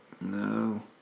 No